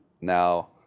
Now